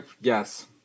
Yes